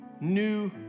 new